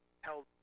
Held